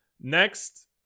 Next